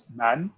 man